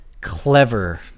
clever